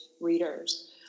readers